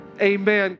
Amen